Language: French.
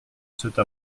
cette